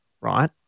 right